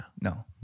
No